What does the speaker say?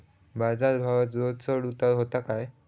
बाजार भावात रोज चढउतार व्हता काय?